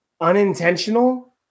Unintentional